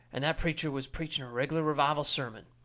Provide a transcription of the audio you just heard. and that preacher was preaching a reg'lar revival sermon.